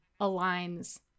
aligns